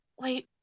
wait